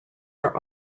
are